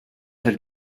had